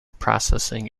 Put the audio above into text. processing